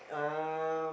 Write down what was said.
um